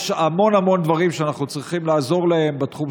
יש המון דברים שאנחנו צריכים לעזור בהם בתחום